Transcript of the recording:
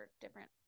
different